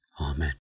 Amen